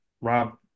rob